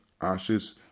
ashes